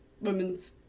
women's